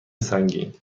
سنگین